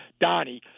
Donnie